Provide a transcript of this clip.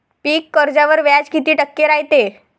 पीक कर्जावर व्याज किती टक्के रायते?